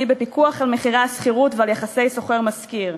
בפיקוח על מחירי השכירות ועל יחסי שוכר משכיר.